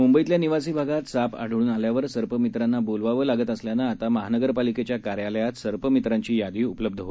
मुंबईतल्या निवासी भागात साप आढळून आल्यावर सर्प मित्रांना बोलवावं लागत असल्यानं आता महानगरपालिकेच्या कार्यालयात सर्पमित्रांची यादी उपलब्ध होणार आहे